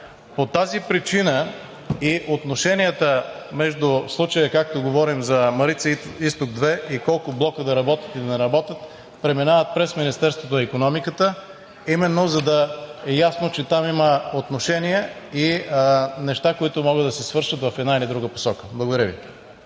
По тази причина и отношенията между – в случая, както говорим за „Марица изток 2“ и колко блока да работят, или да не работят, преминават през Министерството на икономиката именно за да е ясно, че там има отношение и неща, които могат да се свършат в една или друга посока. Благодаря Ви.